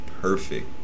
perfect